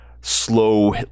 slow